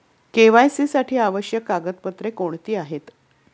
KYC साठी आवश्यक कागदपत्रे कोणती आहेत?